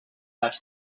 that